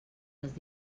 els